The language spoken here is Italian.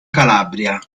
calabria